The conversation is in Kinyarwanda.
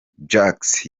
jacques